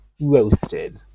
Roasted